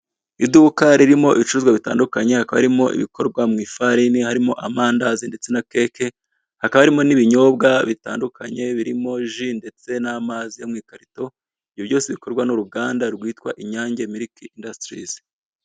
Iduka ririmo ibicuruzwa bitandukanye hakaba harimo ibikorwa mu ifarini harimo amandazi ndetse na keke, hakaba harimo n'ibinyobwa bitandukanye birimo ji ndetse n'amazi yo mu ikarito, ibyo byose bikorwa n'uruganda rwitwa inyange miliki indasitirizi.